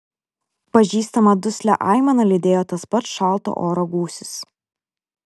pažįstamą duslią aimaną lydėjo tas pats šalto oro gūsis